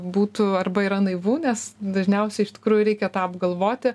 būtų arba yra naivu nes dažniausiai iš tikrųjų reikia tą apgalvoti